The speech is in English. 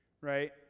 right